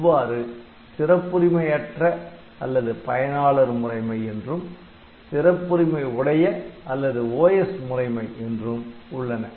இவ்வாறு சிறப்புரிமையற்ற அல்லது பயனாளர் முறைமை என்றும் சிறப்புரிமை உடைய அல்லது OS முறைமை என்றும் உள்ளன